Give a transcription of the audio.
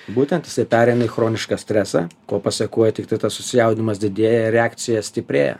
būtent jisai pereina į chronišką stresą ko pasekoje tiktai tas susijaudinimas didėja ir reakcija stiprėja